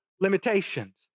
limitations